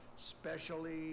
specially